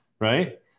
right